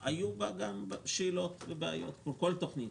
אך היו בה גם שאלות ובעיות, כמו בכל תוכנית.